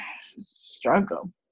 struggle